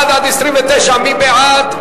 מ-1 עד 29. מי בעד?